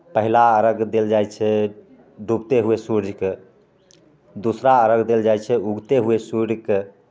पैहला अर्घ्य देल जाइ छै डूबते हुए सूर्जके दुसरा अर्घ्य देल जाइ छै उगते हुए सूर्यके